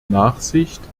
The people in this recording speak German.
nachsicht